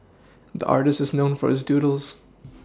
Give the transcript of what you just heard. the artist is known for his doodles